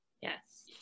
Yes